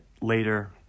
later